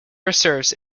reserves